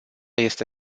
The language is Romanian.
este